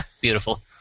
Beautiful